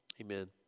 amen